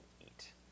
eat